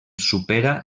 supera